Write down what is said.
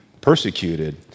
persecuted